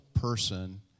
person